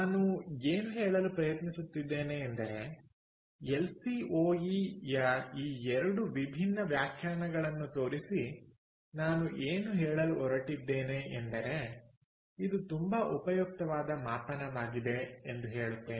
ನಾನು ಏನು ಹೇಳಲು ಪ್ರಯತ್ನಿಸುತ್ತಿದ್ದೇನೆ ಎಂದರೆ ಎಲ್ಸಿಒಇ ಯ ಈ ಎರಡು ವಿಭಿನ್ನ ವ್ಯಾಖ್ಯಾನಗಳನ್ನು ತೋರಿಸಿ ನಾನು ಏನು ಹೇಳಲು ಹೊರಟಿದ್ದೇನೆ ಎಂದರೆ ಇದು ತುಂಬಾ ಉಪಯುಕ್ತವಾದ ಮಾಪನವಾಗಿದೆ ಎಂದು ಹೇಳುತ್ತೇನೆ